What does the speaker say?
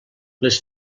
les